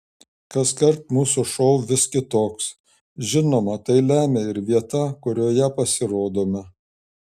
kaskart mūsų šou vis kitoks žinoma tai lemia ir vieta kurioje pasirodome